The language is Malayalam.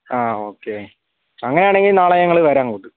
ആ ഓക്കെ അങ്ങനെയാണെങ്കിൽ നാളെ ഞങ്ങൾ വരാം അങ്ങോട്ട്